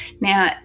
Now